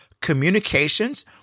Communications